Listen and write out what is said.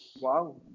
Wow